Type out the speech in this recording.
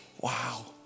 Wow